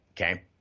okay